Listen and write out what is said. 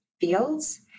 fields